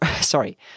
Sorry